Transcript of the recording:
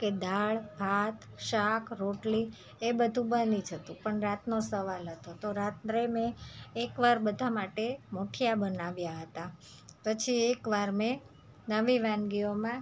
કે દાળભાત શાક રોટલી એ બધું બની જતું પણ રાતનો સવાલ હતો તો રાત્રે મેં એકવાર બધા માટે મુઠીયા બનાવ્યાં હતાં પછી એક વાર મેં નવી વાનગીઓમાં